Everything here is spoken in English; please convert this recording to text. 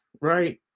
right